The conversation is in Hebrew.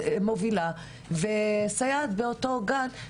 מובילה וסייעת באותו גן,